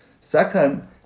Second